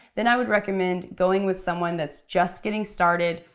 then i would recommend going with someone that's just getting started,